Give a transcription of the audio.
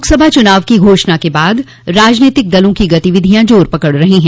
लोकसभा चूनाव की घोषणा के बाद राजनीतिक दलों की गतिविधियां जोर पकड़ रही हैं